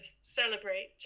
celebrate